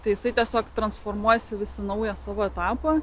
tai jisai tiesiog transformuojasi visai naują savo etapą